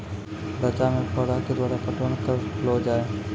रचा मे फोहारा के द्वारा पटवन करऽ लो जाय?